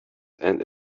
and